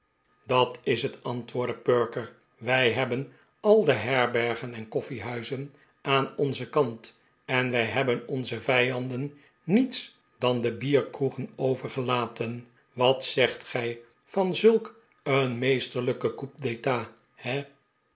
dat is het antwoordde perker wij hebben al de herbergen en koffiehuizen aan onzen kant en wij hebben onzen vijanderi niets dan de bierkroegen overgelaten wat zegt gij van zulk een meesterlijken coup d'etat he